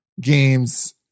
games